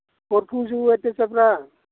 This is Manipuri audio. ꯀꯣꯔꯐꯨꯁꯨ ꯋꯦꯠꯇ ꯆꯠꯄ꯭ꯔ